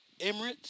Emirates